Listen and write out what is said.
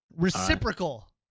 Reciprocal